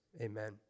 Amen